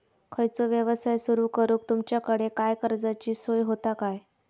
खयचो यवसाय सुरू करूक तुमच्याकडे काय कर्जाची सोय होता काय?